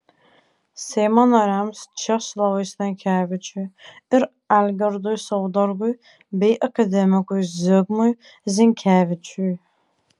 seimo nariams česlovui stankevičiui ir algirdui saudargui bei akademikui zigmui zinkevičiui